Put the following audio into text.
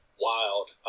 wild